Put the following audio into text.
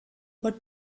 what